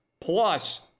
plus